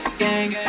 gang